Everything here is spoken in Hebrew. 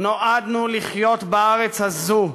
נועדנו לחיות בארץ הזאת,